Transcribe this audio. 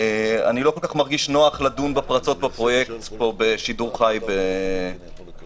אני לא מרגיש נוח לדון בפרצות בפרויקט בשידור חי בזום.